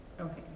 Okay